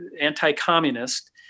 anti-communist